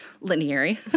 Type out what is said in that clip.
linear